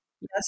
yes